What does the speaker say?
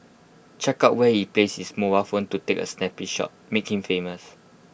check out where he placed his mobile phone to take A sneaky shot make him famous